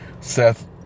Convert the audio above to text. Seth